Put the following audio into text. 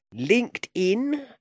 LinkedIn